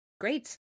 Great